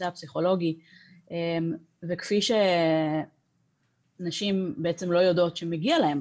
הפסיכולוגי וכפי שנשים בעצם לא יודעות שמגיע להן